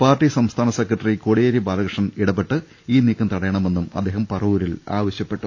party സംസ്ഥാന secretary Kodiyeri Balakrishnan ഇടപെട്ട് ഈ നീക്കം തടയണ മെന്നും അദ്ദേഹം പറവൂരിൽ ആവശ്യമുന്നയിച്ചു